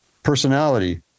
Personality